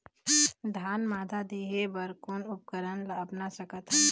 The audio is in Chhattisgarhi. धान मादा देहे बर कोन उपकरण ला अपना सकथन?